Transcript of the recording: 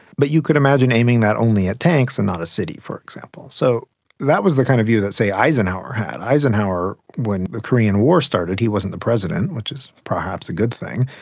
but you could imagine aiming that only at tanks and not a city, for example. so that was the kind of view that, say, eisenhower had. eisenhower, when the korean war started, he wasn't the president, which is perhaps a good thing,